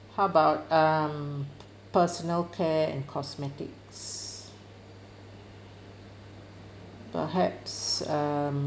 how about um personal care and cosmetics perhaps um